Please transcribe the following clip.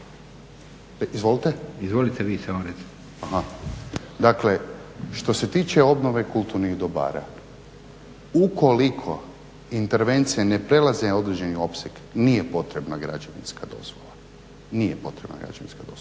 se tiče građevinske dozvole, dakle što se tiče obnove kulturnih dobara ukoliko intervencije ne prelaze određeni opseg nije potrebna građevinska dozvola. Dozvolite, reći ću vam. Građevinska dozvola